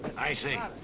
i say,